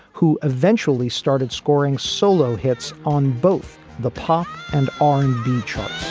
who eventually started scoring solo hits on both the pop and r and b charts